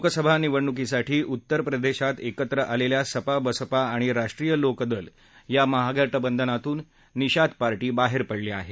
लोकसभा निवडणुकीसाठी उत्तरप्रदेशात एकत्र आलेल्या सपा बसपा आणि राष्ट्रीय लोक दल यांच्या महागठबंधमधून निषाद पाणी बाहेर पडली आहे